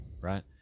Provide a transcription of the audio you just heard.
Right